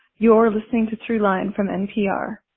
you're listening to throughline from npr